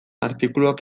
artikuluak